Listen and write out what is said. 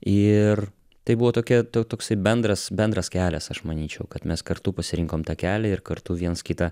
ir tai buvo tokia tu toks bendras bendras kelias aš manyčiau kad mes kartu pasirinkom tą kelią ir kartu viens kitą